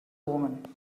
woman